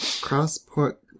cross-port